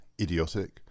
idiotic